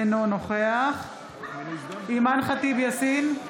אינו נוכח אימאן ח'טיב יאסין,